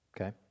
Okay